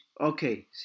Okay